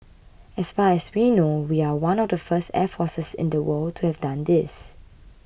as far as we know we are one of the first air forces in the world to have done this